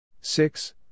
Six